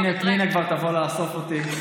הינה, פנינה כבר תבוא לאסוף אותי.